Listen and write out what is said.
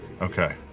Okay